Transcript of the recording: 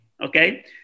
okay